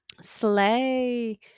slay